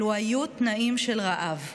אלו היו תנאים של רעב,